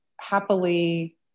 happily